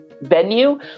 venue